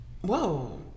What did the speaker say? Whoa